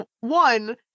One